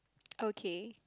okay